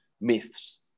myths